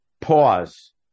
Pause